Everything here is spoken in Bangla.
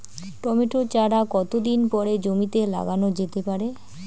টমেটো চারা কতো দিন পরে জমিতে লাগানো যেতে পারে?